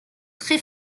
très